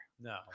No